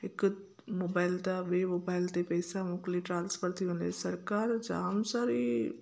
हिकु मुबाइल तव्हां ॿिएं मुबाइल ते पैसा मोकिले ट्रांसफर थी वञे सरकारि जाम सारी